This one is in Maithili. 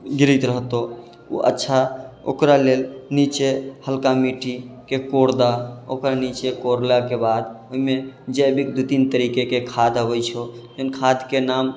गिरैत रहतऽ ओ अच्छा ओकरा लेल निचे हल्का मिट्टीके कोड़िदऽ ओकर नीचे कोड़लाके बाद ओहिमे जैविक दू तीन तरीकाके खाद अबै छै उन खादके नाम